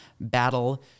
battle